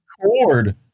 cord